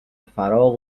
فراق